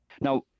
Now